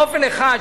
אופן אחד,